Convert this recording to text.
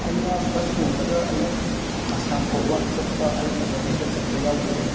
ꯑꯩꯅ ꯕꯁ ꯇꯣꯡꯂꯒ ꯑꯩ ꯑꯁꯥꯝ ꯐꯥꯎꯕ ꯆꯠꯄ ꯑꯩꯒꯤ ꯖꯔꯅꯤꯗ ꯆꯠꯄ ꯌꯥꯎꯈ꯭ꯔꯦ